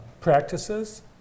practices